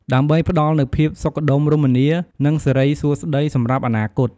ដើម្បីផ្តល់នូវភាពសុខដុមរមនា និងសិរីសួស្តីសម្រាប់អនាគត។